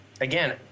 again –